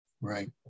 Right